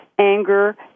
anger